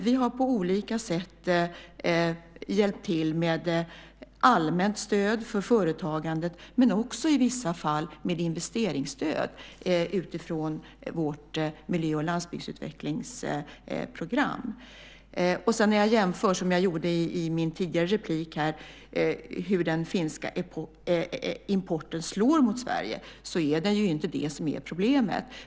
Vi har på olika sätt hjälpt till med allmänt stöd för företagandet men också i vissa fall med investeringsstöd utifrån vårt miljö och landsbygdsutvecklingsprogram. Jag jämförde i min tidigare replik hur den finska importen slår mot Sverige, men det är inte den som är problemet.